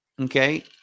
okay